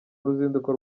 uruzinduko